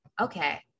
Okay